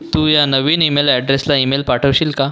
तू या नवीन ईमेल अॅड्रेसला ईमेल पाठवशील का